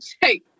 hey